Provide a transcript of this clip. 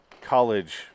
college